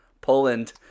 Poland